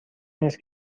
نیست